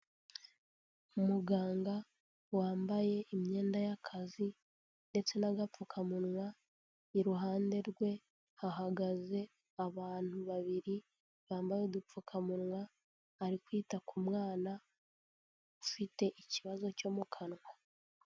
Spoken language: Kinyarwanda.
Muganga wambaye imyenda y'akazi ndetse n'agapfukamunwa, iruhande rwe hahagaze abantu babiri, bambaye udupfukamunwa ari kwita ku mwana ufite ikibazo cyo mu kanwa.